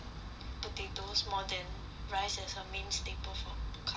potatoes more than rice as a main staple food carbohydrate